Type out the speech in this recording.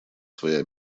свои